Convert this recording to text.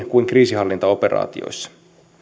kuin kriisinhallintaoperaatioissa